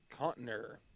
Contner